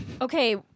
Okay